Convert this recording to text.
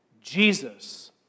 Jesus